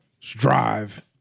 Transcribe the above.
drive